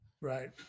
Right